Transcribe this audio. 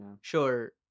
Sure